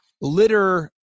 litter